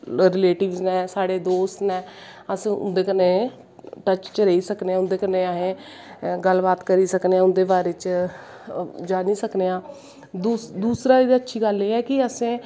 relatives नै जेह्ड़े दोस्त नै अस उंदे कन्नै टचच रेही सकने आं उंदे कन्नै गल्ल बात करी सकने आं उंदे बारे च जानी सकने आं दूसरा एह्दे च अच्छी गल्ल एह् ऐ कि असैं